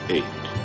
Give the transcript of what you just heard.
Eight